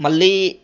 మళ్ళీ